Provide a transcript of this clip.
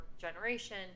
generation